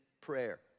prayer